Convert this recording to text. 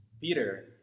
Peter